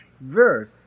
verse